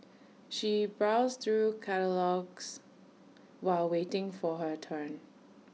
she browsed through catalogues while waiting for her turn